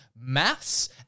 maths